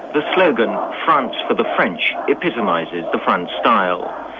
ah slogan um france for the french epitomises the front's style.